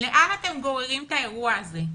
לאן אתם גוררים את האירוע הזה?